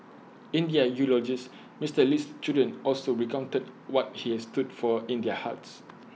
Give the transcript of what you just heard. in their eulogies Mister Lee's children also recounted what he has stood for in their hearts